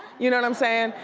you know what i'm sayin'?